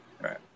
right